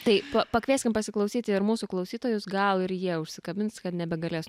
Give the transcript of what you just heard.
tai pa pakviesim pasiklausyti ir mūsų klausytojus gal ir jie užsikabins kad nebegalės